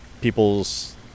people's